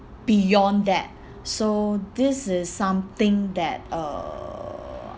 beyond that so this is something that uh